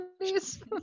please